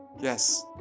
Yes